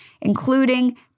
including